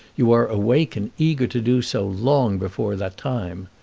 you are awake and eager to do so long before that time.